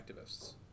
activists